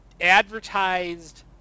advertised